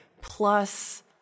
plus